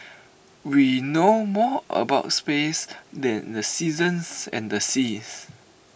we know more about space than the seasons and the seas